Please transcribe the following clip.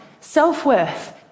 self-worth